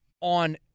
on